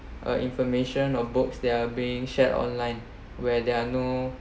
uh information of books that are being shared online where there are no